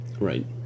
right